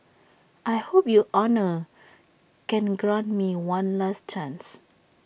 I hope your honour can grant me one last chance